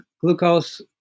glucose